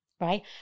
right